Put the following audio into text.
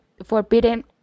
forbidden